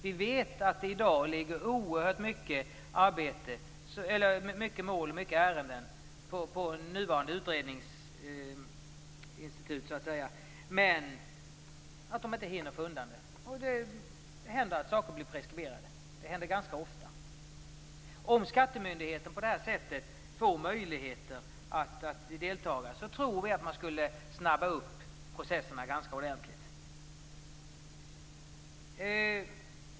Vi vet att det i dag ligger oerhört många mål och ärenden hos de nuvarande utredningsinstituten. De hinner inte få undan dem. Det händer ganska ofta att saker blir preskriberade. Om skattemyndigheten på det här sättet får möjligheter att delta tror vi att man skulle snabba upp processerna ganska ordentligt.